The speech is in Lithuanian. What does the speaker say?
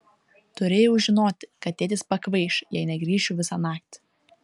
turėjau žinoti kad tėtis pakvaiš jei negrįšiu visą naktį